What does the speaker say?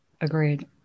Agreed